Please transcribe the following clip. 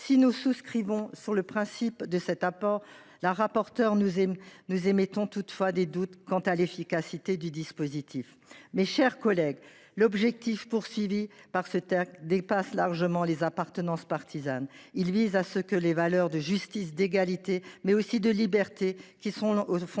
Si nous souscrivons sur le principe à cet apport de la rapporteure, nous émettons toutefois des doutes quant à l’efficacité du dispositif. Mes chers collègues, l’objectif du texte dépasse largement les appartenances partisanes. Il s’agit de faire en sorte que les valeurs de justice, d’égalité, mais aussi de liberté, qui sont au